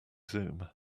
zoom